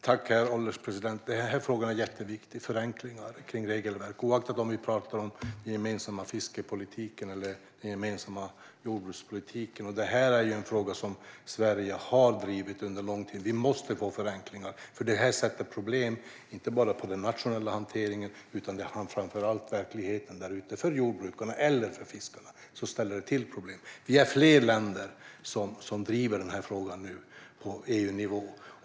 Herr ålderspresident! Frågan om förenklingar av regelverk är jätteviktig, oavsett om vi pratar om den gemensamma fiskepolitiken eller den gemensamma jordbrukspolitiken. Detta är ju en fråga som Sverige har drivit under lång tid. Vi måste få förenklingar. Detta skapar problem, inte bara när det gäller den nationella hanteringen. Det gäller framför allt verkligheten där ute; det ställer till problem för jordbrukarna och för fiskarna. Vi är nu flera länder som driver denna fråga på EU-nivå.